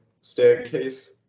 staircase